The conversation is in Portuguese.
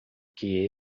que